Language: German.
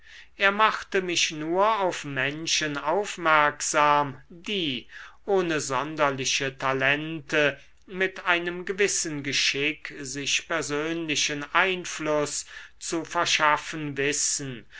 er machte mich nur auf menschen aufmerksam die ohne sonderliche talente mit einem gewissen geschick sich persönlichen einfluß zu verschaffen wissen